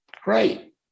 great